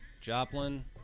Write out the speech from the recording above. Joplin